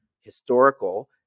historical